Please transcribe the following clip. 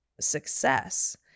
success